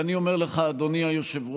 ואני אומר לך, אדוני היושב-ראש,